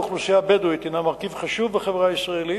האוכלוסייה הבדואית הינה מרכיב חשוב באוכלוסייה הישראלית,